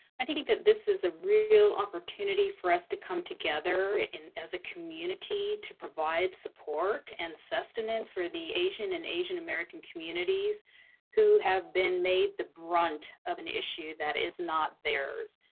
i think that this is a real opportunity for us to come together as a community to provide support and sustenance for the asian and asian-american communities who have been made the brunt of an issue that is not theirs.